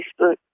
Facebook